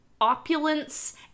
opulence